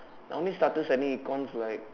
I only started studying econs like